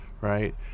right